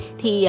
thì